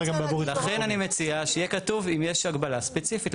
לכן אני מציע שיהיה כתוב אם יש הגבלה ספציפית.